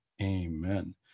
Amen